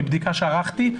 מבדיקה שערכתי.